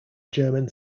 german